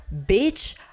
bitch